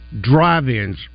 drive-ins